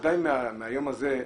ודאי מהיום הזה,